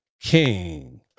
King